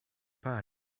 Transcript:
pas